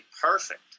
perfect